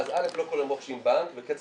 אז א' לא כל יום רוכשים בנק וקצב